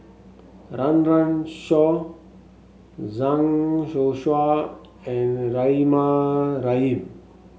Run Run Shaw Zhang Youshuo and Rahimah Rahim